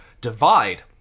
divide